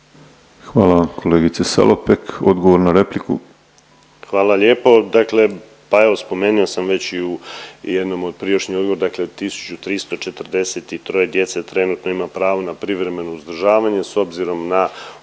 vam, kolegice Salopek. Odgovor na repliku. **Piletić, Marin (HDZ)** Hvala lijepo. Dakle pa evo spomenio sam već i u jednom od prijašnjih odgovora, dakle 1343 djece trenutno ima pravo na privremeno uzdržavanje s obzirom na